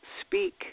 speak